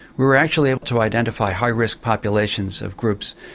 we were actually able to identify high-risk populations of groups.